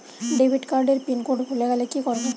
Debit card এর pin code ভুলে গেলে কি করব?